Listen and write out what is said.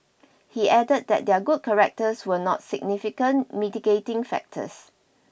he added that their good characters were not significant mitigating factors